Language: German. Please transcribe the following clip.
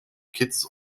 kitts